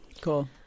Cool